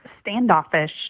standoffish